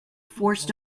forced